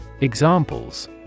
Examples